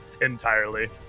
entirely